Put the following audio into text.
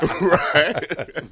right